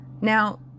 Now